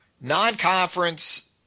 non-conference